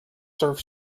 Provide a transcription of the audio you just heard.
serve